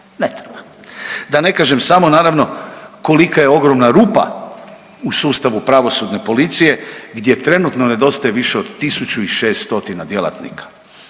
Da ne kažem samo naravno kolika je ogromna rupa u sustavu pravosudne policije gdje trenutno nedostaje više od 1600 djelatnika.